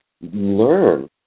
learn